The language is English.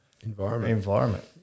environment